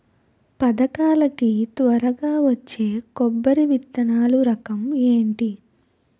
పథకాల కి త్వరగా వచ్చే కొబ్బరి విత్తనాలు రకం ఏంటి?